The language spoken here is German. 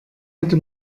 hätte